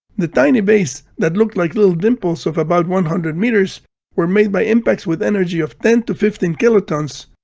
the tiny bays that look like little dimples of about one hundred meters were made by impacts with energy of ten to fifteen kilotons,